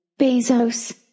Bezos